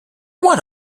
what